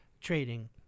trading